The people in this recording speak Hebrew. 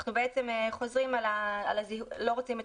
אנחנו בעצם חוזרים על זה שאנחנו לא רוצים את